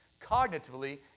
cognitively